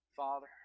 Father